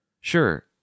Sure